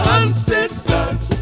ancestors